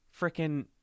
freaking